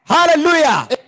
Hallelujah